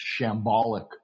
shambolic